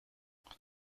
دوست